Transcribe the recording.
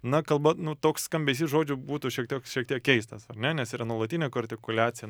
na kalba nu toks skambesys žodžių būtų šiek tiek šiek tiek keistas ar ne nes yra nuolatinė artikuliacija